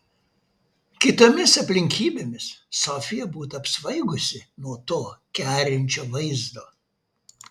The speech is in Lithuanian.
kitomis aplinkybėmis sofija būtų apsvaigusi nuo to kerinčio vaizdo